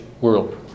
world